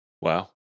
Wow